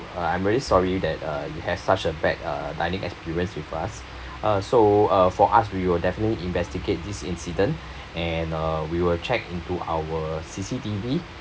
I'm really sorry that uh you have such a bad uh dining experience with us uh so uh for us we will definitely investigate this incident and uh we will check into our C_C_T_V